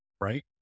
right